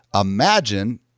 imagine